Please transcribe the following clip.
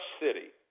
city